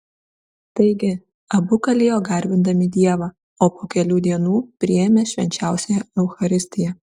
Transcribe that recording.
taigi abu kalėjo garbindami dievą o po kelių dienų priėmė švenčiausiąją eucharistiją